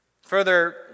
Further